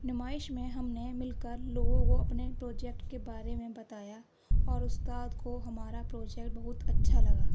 نمائش میں ہم نے مل کر لوگوں کو اپنے پروجیکٹ کے بارے میں بتایا اور اُستاد کو ہمارا پروجیکٹ بہت اچھا لگا